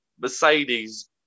Mercedes